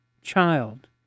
child